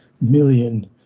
million